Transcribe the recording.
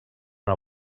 una